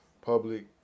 public